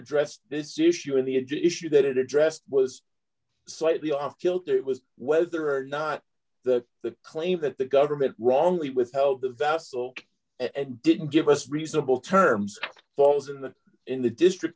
addressed this issue in the age issue that it addressed was slightly off kilter it was whether or not the the claim that the government wrongly without the vessel and didn't give us reasonable terms falls in the in the district